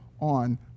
on